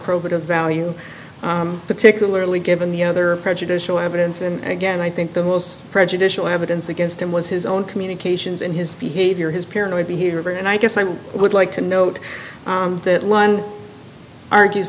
probative value particularly given the other prejudicial evidence and again i think the most prejudicial evidence against him was his own communications and his behavior his paranoid be here and i guess i would like to note that one argues